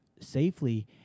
safely